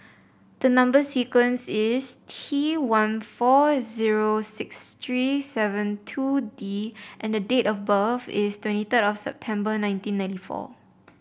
the number sequence is T one four zero six three seven two D and the date of birth is twenty third of September nineteen ninety four